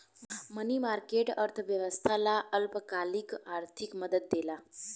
मनी market, अर्थव्यवस्था ला अल्पकालिक आर्थिक मदद देला